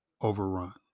overrun